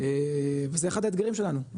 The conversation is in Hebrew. וזה אחד האתגרים שלנו,